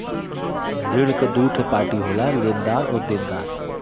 ऋण क दूठे पार्टी होला लेनदार आउर देनदार